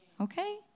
Okay